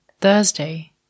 Thursday